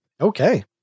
Okay